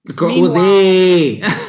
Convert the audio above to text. Meanwhile